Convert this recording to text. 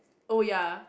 oh ya